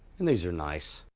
and these are nice.